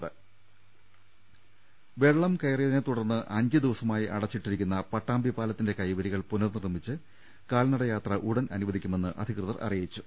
് വെള്ളം കയറിയതിനെ തുടർന്ന് അഞ്ച് ദിവസമായി അടച്ചിട്ടിരി ക്കുന്ന പട്ടാമ്പി പാലത്തിന്റെ കൈവരികൾ പുനർനിർമ്മിച്ച് കാൽനട യാത്ര ഉടൻ അനുവദിക്കുമെന്ന് അധികൃതർ അറിയിച്ചു